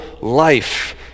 life